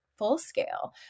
FullScale